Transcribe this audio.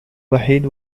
وحيد